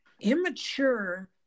immature